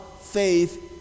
faith